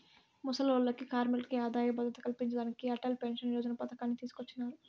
ముసలోల్లకి, కార్మికులకి ఆదాయ భద్రత కల్పించేదానికి అటల్ పెన్సన్ యోజన పతకాన్ని తీసుకొచ్చినారు